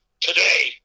today